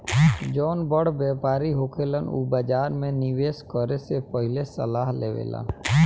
जौन बड़ व्यापारी होखेलन उ बाजार में निवेस करे से पहिले सलाह लेवेलन